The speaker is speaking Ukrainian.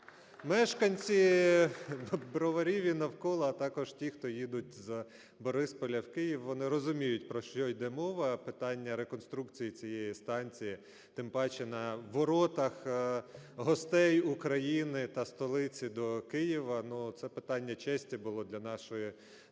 Мешканці Броварів і навколо, а також ті, хто їдуть з Борисполя в Київ, вони розуміють, про що іде мова. Питання реконструкції цієї станції, тим паче на воротах гостей України та столиці до Києва, ну, це питання честі було для нашої